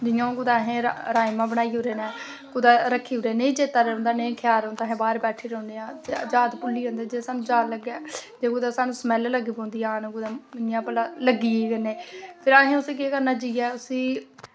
जि'यां असें कुदै राजमाह् बनाई ओड़े न कुदै नेईं ख्याल रौंह्दा नेईं चेता रौंह्दा कुदै बाह्र बैठे दे रौंह्ने आं याद भुल्ली जंदी जिस दिन याद लग्गे जां कुदै स्मैल लग्गी पौंदी औन कि इ'यां भला लग्गी गै निं कन्नै ते असें उस्सी केह् करना जाइयै उस्सी